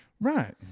Right